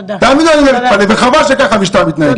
חבל שכך המשטרה מתנהגת.